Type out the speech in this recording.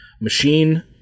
machine